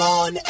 on